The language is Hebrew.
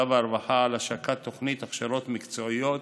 והרווחה על השקת תוכנית הכשרות מקצועיות